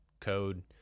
code